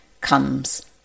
comes